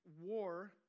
war